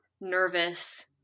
nervous